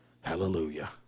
Hallelujah